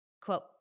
Quote